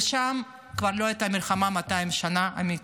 ושם כבר לא הייתה מלחמה אמיתית 200 שנה.